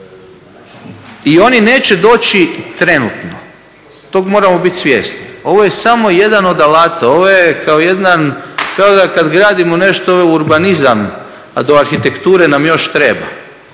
i oni neće doći trenutno. Tog moramo biti svjesni. Ovo je samo jedan od alata, ovo je kao jedan, kao kad gradimo nešto, ovo je urbanizam, a do arhitekture nam još treba.